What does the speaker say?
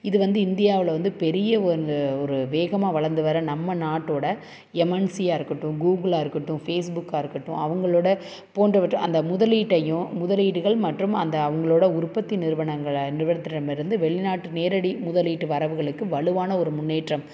இது வந்து இந்தியாவில் வந்து பெரிய ஒரு ஒரு வேகமாக வளர்ந்து வர நம்ம நாட்டோட எம்என்சியாக இருக்கட்டும் கூகுளாக இருக்கட்டும் ஃபேஸ்புக்காக இருக்கட்டும் அவங்களோட போன்றவற்றை அந்த முதலீட்டையும் முதலீடுகள் மற்றும் அந்த அவங்களோட உற்பத்தி நிறுவனங்கள் நிறுவனத்திடமிருந்து வெளிநாட்டு நேரடி முதலீட்டு வரவுகளுக்கு வலுவான ஒரு முன்னேற்றம்